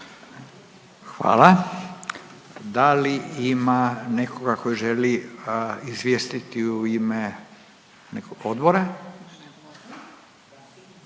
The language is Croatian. Hvala. Da li ima nekoga koji želi izvijestiti u ime nekog odbora?